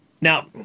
now